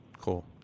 Cool